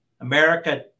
America